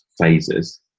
phases